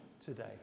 today